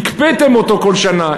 הקפאתם אותו כל שנה.